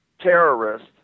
terrorist